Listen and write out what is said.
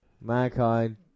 Mankind